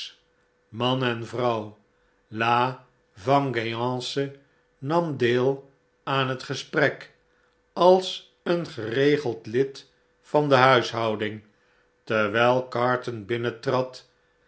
man en vrouw l a vengeance nam deel aan het gesprek als een geregeld lid van de huishoudmg terwijl carton